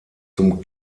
zum